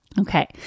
Okay